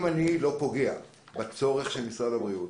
אם אני לא פוגע בצורך של משרד הבריאות,